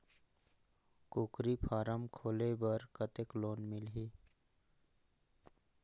कूकरी फारम खोले बर कतेक लोन मिलही?